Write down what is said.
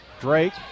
Drake